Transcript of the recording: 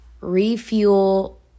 refuel